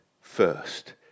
first